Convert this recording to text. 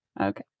Okay